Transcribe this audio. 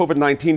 COVID-19